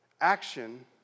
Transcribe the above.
action